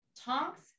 Tonks